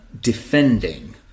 defending